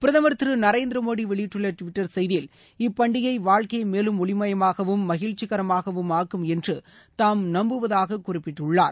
பிரதமர் திரு நரேந்திர மோடி வெளியிட்டுள்ள டுவிட்டர் செய்தியில் இப்பண்டிகை வாழ்க்கையை மேலும் ஒளிமயமாகவும் மகிழ்ச்சிகரமாகவும் ஆக்கும் என்று தாம் நப்புவதாக குறிப்பிட்டுள்ளார்